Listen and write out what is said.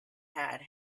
had